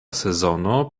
sezono